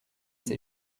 ces